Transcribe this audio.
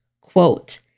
quote